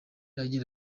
agira